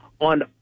on